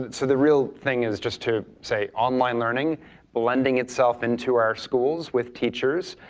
so the real thing is just to say online learning blending itself into our schools with teachers.